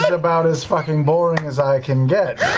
about as fucking boring as i can get.